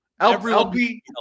LP